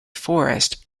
forests